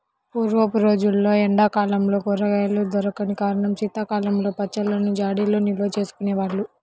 పూర్వపు రోజుల్లో ఎండా కాలంలో కూరగాయలు దొరికని కారణంగా శీతాకాలంలో పచ్చళ్ళను జాడీల్లో నిల్వచేసుకునే వాళ్ళు